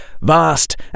vast